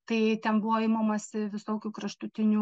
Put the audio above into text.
tai ten buvo imamasi visokių kraštutinių